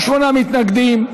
48 מתנגדים,